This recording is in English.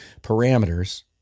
parameters